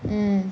mm